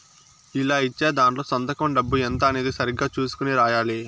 ఇలా ఇచ్చే దాంట్లో సంతకం డబ్బు ఎంత అనేది సరిగ్గా చుసుకొని రాయాలి